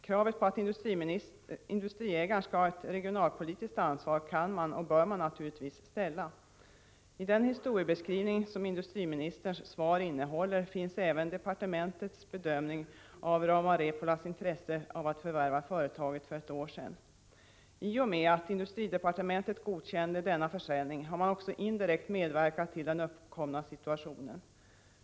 Kravet på att industriägaren skall ha ett regionalpolitiskt ansvar kan och bör naturligtvis ställas. I den historiebeskrivning som industriministerns svar innehåller finns även departementets bedömning av Rauma Repolas intresse av att förvärva företaget för ett år sedan. I och med att industridepartementet godkände denna försäljning medverkade man också indirekt till den uppkomna situationen.